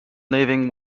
living